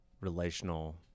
relational